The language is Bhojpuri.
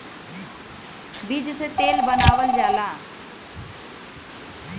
बीज से तेल बनावल जाला